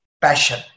passion